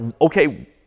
okay